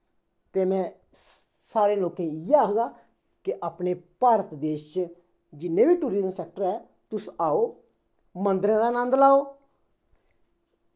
ते में सारें लोकें गी इ'यै आखगा कि अपने भारत देश च जिन्ने बी आधुनिक टूरिज़म सैक्टर ऐ तुस आओ मन्दरें दा नन्द लैओ